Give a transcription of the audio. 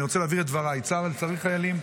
אני רוצה להבהיר את דבריי: צה"ל צריך חיילים.